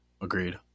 Agreed